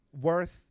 Worth